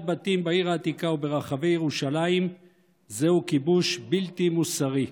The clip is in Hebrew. בתים בעיר העתיקה או ברחבי ירושלים היא כיבוש בלתי מוסרי.